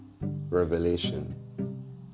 revelation